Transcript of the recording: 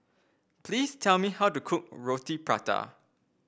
please tell me how to cook Roti Prata